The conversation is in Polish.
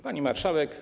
Pani Marszałek!